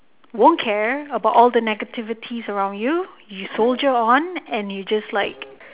won't care about all the negativities around you you soldier on and you just like